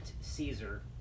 Caesar